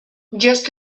just